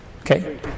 Okay